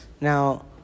Now